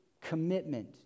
commitment